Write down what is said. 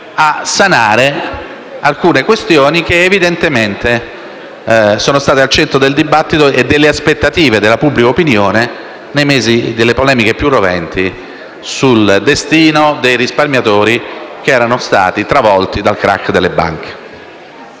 a sanare alcune questioni che sono state al centro del dibattito e delle aspettative della pubblica opinione nei mesi delle polemiche roventi sul destino dei risparmiatori travolti dal *crack* delle banche.